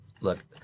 Look